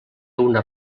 una